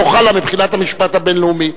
לא חל מבחינת המשפט הבין-לאומי.